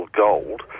gold